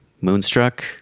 Moonstruck